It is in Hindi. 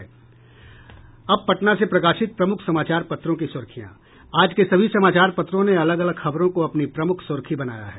अब पटना से प्रकाशित प्रमुख समाचार पत्रों की सुर्खियां आज के सभी समाचार पत्रों ने अलग अलग खबरों को अपनी प्रमुख सुर्खी बनाया है